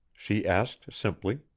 she asked, simply.